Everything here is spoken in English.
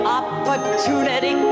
opportunity